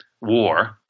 war